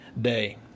day